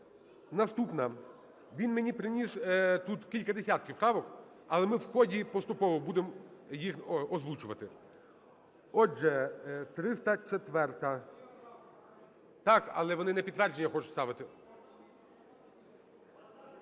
Наступна. Він мені приніс тут кілька десятків правок, але ми в ході поступово будемо їх озвучувати. Отже, 304-а. (Шум у залі) Так, але вони не підтвердження хочуть ставити.